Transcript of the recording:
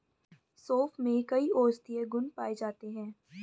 सोंफ में कई औषधीय गुण पाए जाते हैं